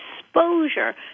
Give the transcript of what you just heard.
exposure